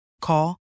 Call